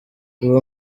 uwo